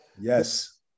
Yes